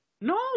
No